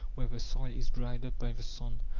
where the soil is dried up by the sun.